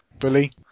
Bully